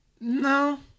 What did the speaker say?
No